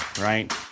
right